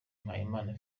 mpayimana